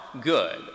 good